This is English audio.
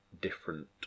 different